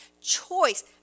Choice